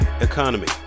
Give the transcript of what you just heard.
economy